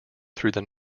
through